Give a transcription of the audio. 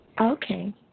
Okay